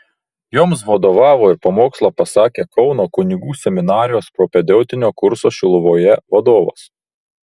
joms vadovavo ir pamokslą pasakė kauno kunigų seminarijos propedeutinio kurso šiluvoje vadovas